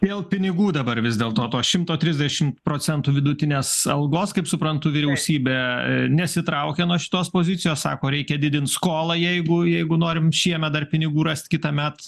dėl pinigų dabar vis dėl to to šimto trisdešim procentų vidutinės algos kaip suprantu vyriausybė nesitraukia nuo šitos pozicijos sako reikia didint skolą jeigu jeigu norim šiemet dar pinigų rast kitąmet